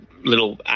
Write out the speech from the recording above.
little